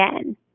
again